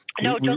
no